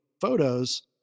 photos